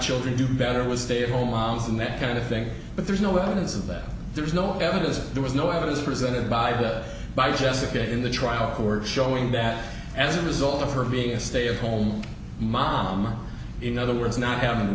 children do better with stay at home moms and that kind of thing but there's no evidence of that there's no evidence there was no evidence presented by by jessica in the trial who are showing that as a result of her being a stay at home mom or in other words not having